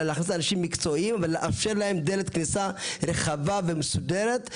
אלא להכניס אנשים מקצועיים ולאפשר להם דלת כניסה רחבה ומסודרת.